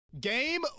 Game